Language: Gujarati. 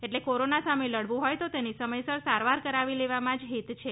એટલે કોરોના સામે લડવું હોય તો તેની સમયસર સારવાર કરાવી લેવામાં જ હિત છે